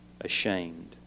ashamed